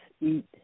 eat